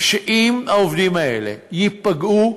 שאם העובדים האלה ייפגעו,